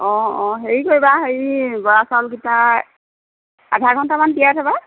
অঁ অঁ হেৰি কৰিবা হেৰি বৰা চাউলকেইটা আধা ঘণ্টামান তিয়াই থ'বা